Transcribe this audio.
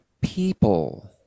people